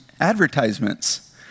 advertisements